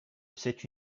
cette